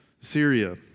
Syria